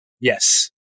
Yes